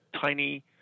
tiny